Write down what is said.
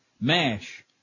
MASH